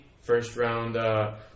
first-round